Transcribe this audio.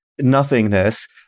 nothingness